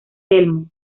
telmo